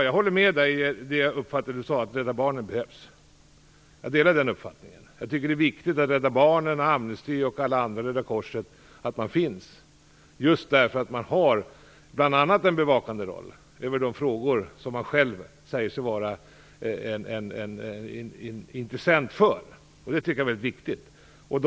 Jag håller med Görel Thurdin om att Rädda barnen behövs. Jag tycker att det är viktigt att Rädda barnen, Amnesty och Röda korset finns just därför att de bl.a. har en bevakande roll i de frågor som de själva säger sig vara intressenter för. Det tycker jag är väldigt viktigt.